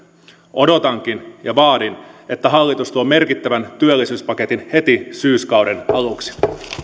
odotankin ja vaadin että hallitus tuo merkittävän työllisyyspaketin heti syyskauden aluksi